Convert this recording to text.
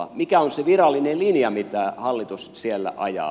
mikä on se virallinen linja mitä hallitus siellä ajaa